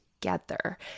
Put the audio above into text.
together